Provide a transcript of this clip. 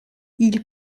ils